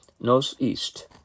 northeast